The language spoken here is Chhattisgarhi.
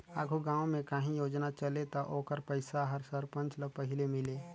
आघु गाँव में काहीं योजना चले ता ओकर पइसा हर सरपंच ल पहिले मिले